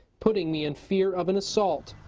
putting me in fear of an assault.